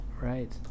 right